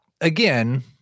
again